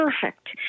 perfect